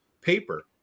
paper